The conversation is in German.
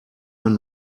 man